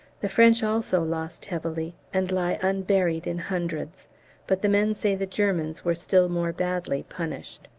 the french also lost heavily, and lie unburied in hundreds but the men say the germans were still more badly punished.